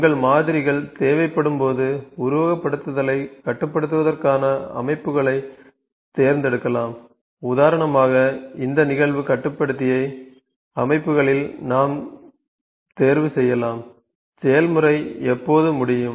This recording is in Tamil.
உங்கள் மாதிரிகள் தேவைப்படும்போது உருவகப்படுத்துதலைக் கட்டுப்படுத்துவதற்கான அமைப்புகளைத் தேர்ந்தெடுக்கலாம் உதாரணமாக இந்த நிகழ்வு கட்டுப்படுத்தியை அமைப்புகளில் நாம் தேர்வு செய்யலாம் செயல்முறை எப்போது முடியும்